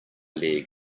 leg